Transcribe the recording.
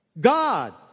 God